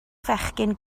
fechgyn